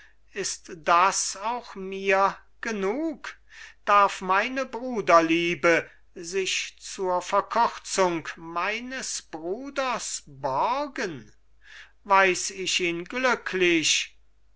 ist das auch mir genug darf meine bruderliebe sich zur verkürzung meines bruders borgen weiß ich ihn glücklich